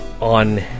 on